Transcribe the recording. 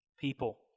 people